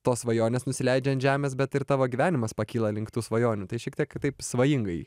tos svajonės nusileidžia ant žemės bet ir tavo gyvenimas pakyla link tų svajonių tai šiek tiek taip svajingai